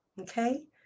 Okay